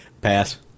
Pass